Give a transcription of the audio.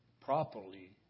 properly